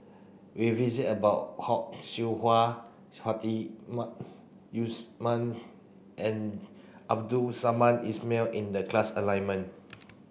we visit about Hock Siew Wah Yus Man and Abdul Samad Ismail in the class